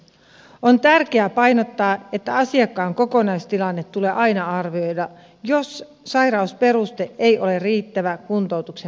on tärkeää painottaa että asiakkaan kokonaistilanne tulee aina arvioida jos sairausperuste ei ole riittävä kuntoutuksen myöntämiseen